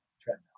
treadmill